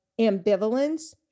ambivalence